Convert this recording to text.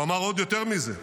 והוא אמר עוד יותר מזה,